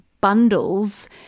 bundles